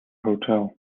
hotel